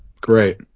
great